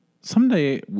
Someday